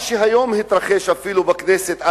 מה שהיום התרחש אפילו בכנסת,